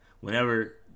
Whenever